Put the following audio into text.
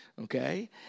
Okay